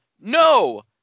No